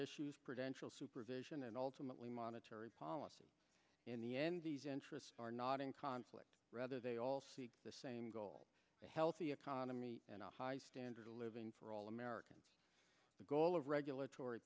issues prudential supervision and ultimately monetary policy in the end these interests are not in conflict rather they all seek the same goal a healthy economy and a high standard of living for all americans the goal of regulatory